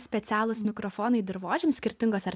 specialūs mikrofonai į dirvožemį skirtingos ar